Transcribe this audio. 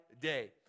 day